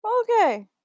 okay